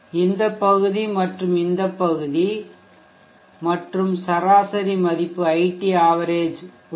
இந்த பகுதி மற்றும் இந்த பகுதி மற்றும் சராசரி மதிப்பு iT average உள்ளது